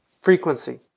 frequency